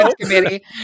Committee